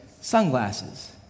sunglasses